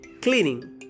cleaning